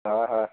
হয় হয়